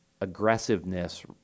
aggressiveness